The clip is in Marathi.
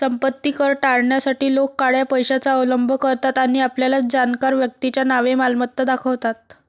संपत्ती कर टाळण्यासाठी लोक काळ्या पैशाचा अवलंब करतात आणि आपल्या जाणकार व्यक्तीच्या नावे मालमत्ता दाखवतात